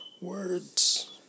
words